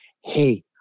Hey